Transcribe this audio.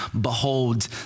Behold